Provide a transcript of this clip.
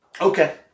okay